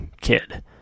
kid